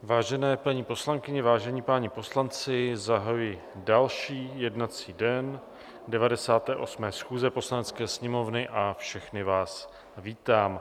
Vážené paní poslankyně, vážení páni poslanci, zahajuji další jednací den 98. schůze Poslanecké sněmovny a všechny vás vítám.